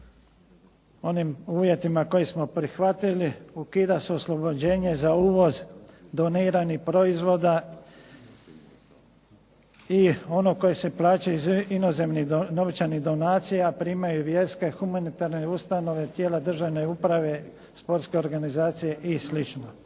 onim uvjetima koje smo prihvatili, ukida se oslobođenje za uvoz doniranih proizvoda i ono koje se plaćaju iz inozemnih novčanih donacija, primaju vjerske, humanitarne ustanove, tijela državne uprave, sportske organizacije i